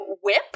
whip